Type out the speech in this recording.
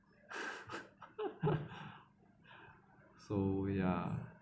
so ya